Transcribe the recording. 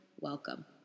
welcome